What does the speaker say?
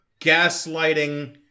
gaslighting